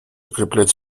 укреплять